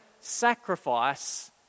sacrifice